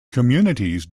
communities